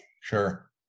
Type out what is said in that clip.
Sure